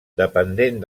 dependent